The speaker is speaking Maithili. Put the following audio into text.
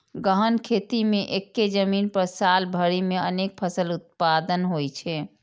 गहन खेती मे एक्के जमीन पर साल भरि मे अनेक फसल उत्पादन होइ छै